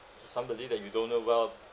somebody that you don't know well